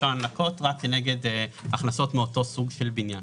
אפשר לנכות רק כנגד הכנסות מאותו סוג של בניין.